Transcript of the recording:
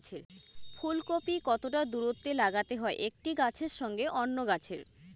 ফুলকপি কতটা দূরত্বে লাগাতে হয় একটি গাছের সঙ্গে অন্য গাছের?